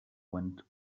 went